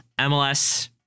MLS